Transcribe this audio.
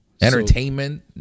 entertainment